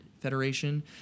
Federation